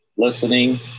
listening